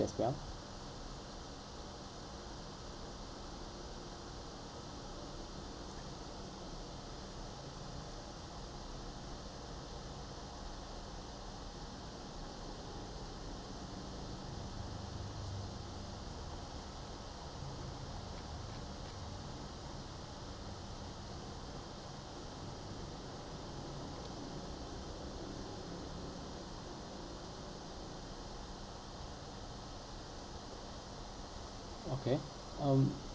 as well okay um